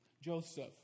Joseph